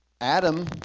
Adam